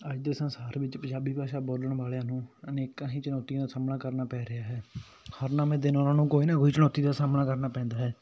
ਅੱਜ ਦੇ ਸੰਸਾਰ ਵਿੱਚ ਪੰਜਾਬੀ ਭਾਸ਼ਾ ਬੋਲਣ ਵਾਲਿਆਂ ਨੂੰ ਅਨੇਕਾਂ ਹੀ ਚੁਣੌਤੀਆਂ ਦਾ ਸਾਹਮਣਾ ਕਰਨਾ ਪੈ ਰਿਹਾ ਹੈ ਹਰ ਨਵੇਂ ਦਿਨ ਉਹਨਾਂ ਨੂੰ ਕੋਈ ਨਾ ਕੋਈ ਚੁਣੌਤੀ ਦਾ ਸਾਹਮਣਾ ਕਰਨਾ ਪੈਂਦਾ ਹੈ